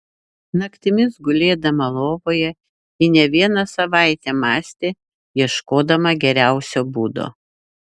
naktimis gulėdama lovoje ji ne vieną savaitę mąstė ieškodama geriausio būdo